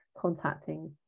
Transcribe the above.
contacting